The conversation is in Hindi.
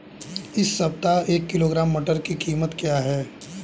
इस सप्ताह एक किलोग्राम मटर की कीमत क्या है?